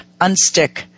unstick